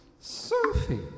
Sophie